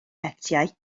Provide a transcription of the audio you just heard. hetiau